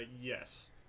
yes